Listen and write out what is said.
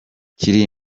kiri